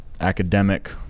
academic